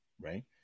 right